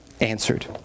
answered